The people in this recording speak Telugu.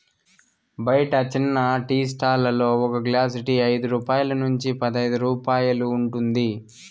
బయట చిన్న టీ స్టాల్ లలో ఒక గ్లాస్ టీ ఐదు రూపాయల నుంచి పదైదు రూపాయలు ఉంటుంది